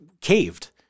caved